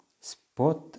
Spot